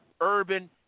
urban